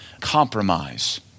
compromise